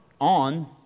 on